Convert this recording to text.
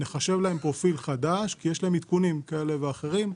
שנחשב להן פרופיל חדש כי יש להן עדכונים כאלה ואחרים.